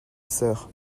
sœur